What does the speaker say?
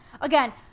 again